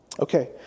Okay